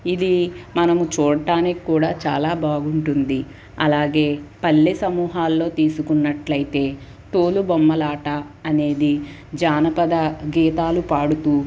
ఇది మనము చూడటానికి కూడా చాలా బాగుంటుంది అలాగే పల్లె సమూహాల్లో తీసుకున్నట్లయితే తోలుబొమ్మలాట అనేది జానపద గీతాలు పాడుతు